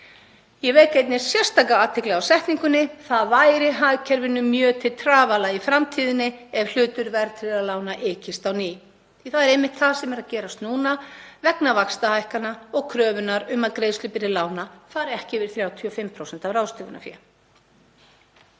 Ég vek einnig sérstaka athygli á setningunni: Það væri hagkerfinu mjög til trafala í framtíðinni ef hlutur verðtryggðra lána ykist á ný: Það er einmitt það sem er að gerast núna vegna vaxtahækkana og kröfunnar um að greiðslubyrði lána fari ekki yfir 35% af ráðstöfunarfé.